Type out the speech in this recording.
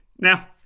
Now